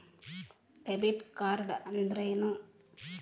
Debit card ಅಂದ್ರೇನು?